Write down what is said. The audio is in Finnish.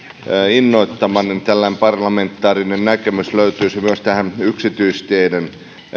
innoittamana tällainen parlamentaarinen näkemys löytyisi myös tähän yksityisteiden